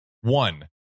one